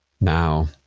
Now